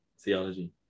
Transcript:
theology